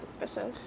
suspicious